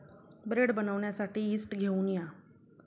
bread बनवण्यासाठी yeast घेऊन या